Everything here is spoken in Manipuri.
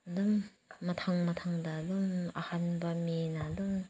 ꯑꯗꯨꯝ ꯃꯊꯪ ꯃꯊꯪꯗ ꯑꯗꯨꯝ ꯑꯍꯥꯟꯕ ꯃꯤꯅ ꯑꯗꯨꯝ